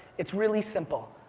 it's really simple.